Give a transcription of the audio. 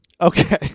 Okay